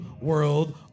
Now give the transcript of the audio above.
World